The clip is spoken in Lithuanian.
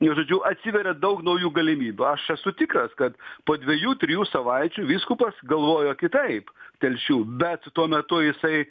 nu žodžiu atsiveria daug naujų galimybių aš esu tikras kad po dviejų trijų savaičių vyskupas galvojo kitaip telšių bet tuo metu jisai